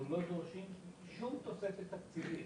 אנחנו לא דורשים שום תוספת תקציבית.